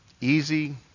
easy